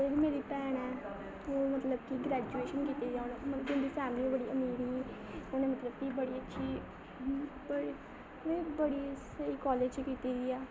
जेह्ड़ी मेरी भैन ऐ ओह मतलब की ग्रेजुएशन कीती दी ऐ उ'नें मतलब की उं'दी फैमली बड़ी अमीर ही उ'नें मतलब की बड़ी अच्छी बड़ी स्हेई कॉलेज च कीती दी ऐ